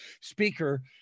speaker